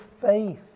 faith